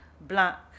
black